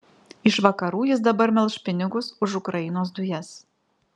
iš vakarų jis dabar melš pinigus už ukrainos dujas